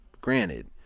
granted